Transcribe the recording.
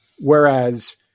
Whereas